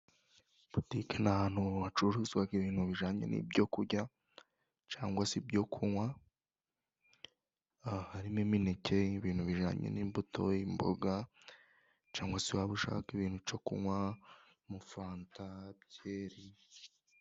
Butike ni ahantu hacururizwa ibintu bijyanye n'ibyo kurya cyangwa se ibyo kunywa harimo imineke, ibintu bijyanye n'imbuto ,imboga cyangwa se waba ushaka ibintu cyo kunywa fanta ,byeri,...